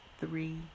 three